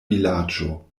vilaĝo